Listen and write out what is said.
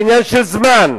זה עניין של זמן,